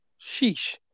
Sheesh